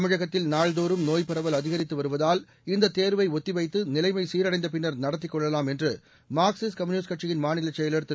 தமிழகத்தில் நாள்தோறும் நோய்பரவல் அதிகரித்து வருவதால் இந்த தேர்வை ஒத்திவைத்து நிலைமை சீரடைந்த பின்னர் நடத்தி கொள்ளலாம் என்று மார்க்சிஸ்ட் கம்யூனிஸ்ட் கட்சியின் மாநிலச் செயலாளர் திரு